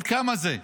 אבל כמה זה,